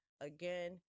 again